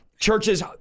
Churches